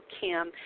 kim